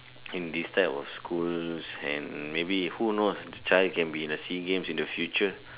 in this type of schools and maybe who knows the child can be in the S_E_A games in the future